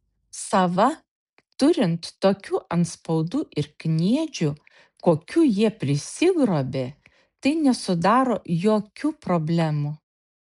sava turint tokių antspaudų ir kniedžių kokių jie prisigrobė tai nesudaro jokių problemų